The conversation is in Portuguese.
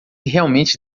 realmente